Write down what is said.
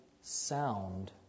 sound